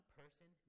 person